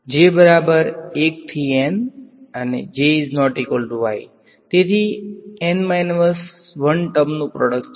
તેથી N 1 ટર્મનું product છે